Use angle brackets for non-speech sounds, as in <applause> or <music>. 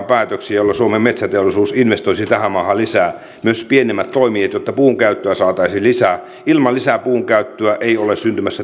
<unintelligible> päätöksiä jolloin suomen metsäteollisuus investoisi tähän maahan lisää myös pienemmät toimijat jotta puunkäyttöä saataisiin lisää ilman lisäpuunkäyttöä ei ole